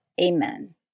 Amen